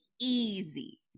easy